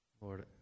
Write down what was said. Lord